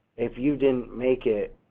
if you didn't make it,